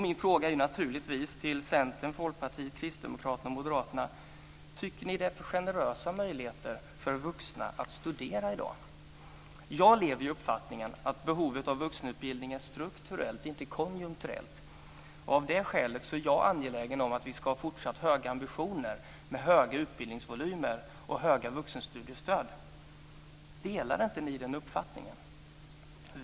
Min fråga till Centern, Folkpartiet, Kristdemokraterna och Moderaterna är naturligtvis: Tycker ni att möjligheterna för vuxna att studera i dag är för generösa? Jag lever i uppfattningen att behovet av vuxenutbildning är strukturellt, inte konjunkturellt. Av det skälet är jag angelägen om att vi ska ha fortsatt höga ambitioner, med höga utbildningsvolymer och höga vuxenstudiestöd. Delar ni inte den uppfattningen?